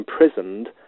imprisoned